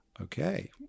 Okay